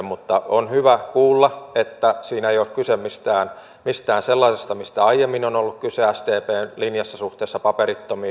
mutta on hyvä kuulla että siinä ei ole kyse mistään sellaisesta mistä aiemmin on ollut kyse sdpn linjassa suhteessa paperittomiin